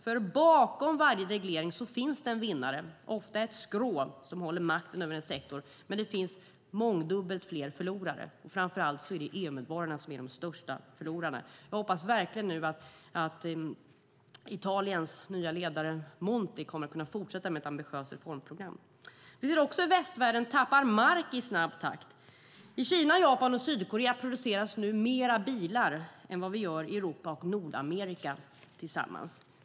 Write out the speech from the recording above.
Bakom varje reglering finns nämligen en vinnare - ofta ett skrå, som har makten över en sektor - men mångdubbelt fler förlorare. Framför allt är det EU-medborgarna som är de största förlorarna. Jag hoppas verkligen att Italiens nye ledare Monti kommer att kunna fortsätta med ett ambitiöst reformprogram. Vi ser även hur västvärlden tappar mark i snabb takt. I Kina, Japan och Sydkorea produceras nu mer bilar än vi gör i Europa och Nordamerika tillsammans.